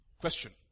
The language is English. Question